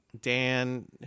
Dan